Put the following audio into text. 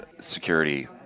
security